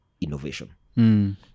innovation